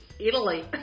Italy